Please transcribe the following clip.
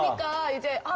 guys ah